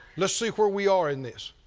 let's see where we are in this.